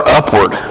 upward